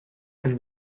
and